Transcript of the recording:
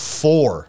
four